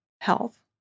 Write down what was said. health